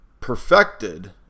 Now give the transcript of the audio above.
perfected